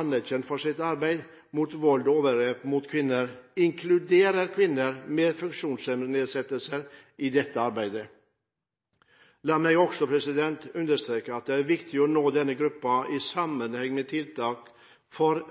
anerkjent for sitt arbeid mot vold og overgrep mot kvinner, inkluderer kvinner med funksjonsnedsettelser i dette arbeidet. La meg også understreke at det er viktig å nå denne gruppen i sammenheng med tiltak for